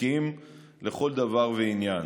חוקיים לכל דבר ועניין.